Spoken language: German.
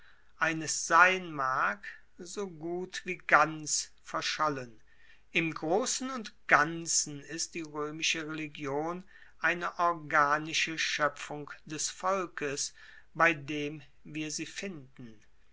eines sein mag so gut wie ganz verschollen im grossen und ganzen ist die roemische religion eine organische schoepfung des volkes bei dem wir sie finden